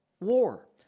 war